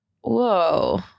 whoa